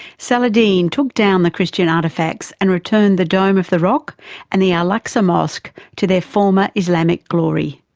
saladin took down the christian artefacts and returned the dome of the rock and the al-aqsa mosque to their former islamic glory.